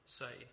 say